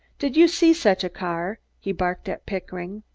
did you see such a car? he barked at pickering.